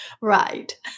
Right